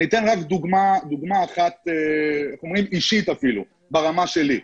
אתן דוגמה אישית, ברמה שלי.